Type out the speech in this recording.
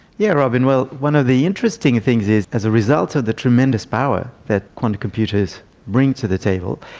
yeah robyn, well, one of the interesting things is as a result of the tremendous power that quantum computers bring to the table,